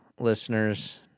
Listeners